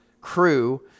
crew